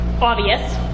obvious